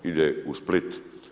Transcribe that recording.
Ide u Split.